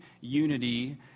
unity